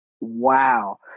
Wow